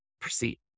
proceed